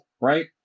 Right